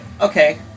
okay